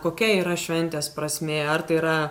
kokia yra šventės prasmė ar tai yra